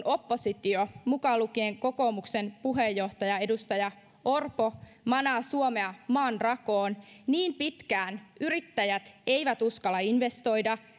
oppositio mukaan lukien kokoomuksen puheenjohtaja edustaja orpo manaa suomea maanrakoon niin pitkään yrittäjät eivät uskalla investoida